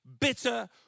bitter